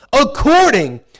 according